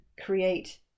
create